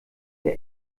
der